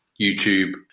YouTube